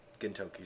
Gintoki